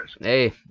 Hey